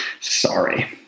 Sorry